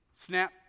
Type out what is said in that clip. snap